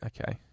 okay